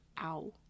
ow